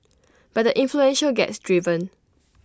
but the influential gets driven